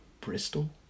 Bristol